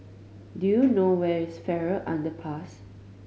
do you know where is Farrer Underpass